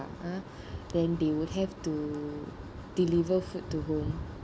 that they would have to deliver food to home